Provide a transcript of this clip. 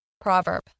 Proverb